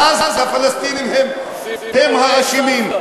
ואז הפלסטינים הם האשמים.